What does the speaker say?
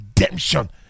redemption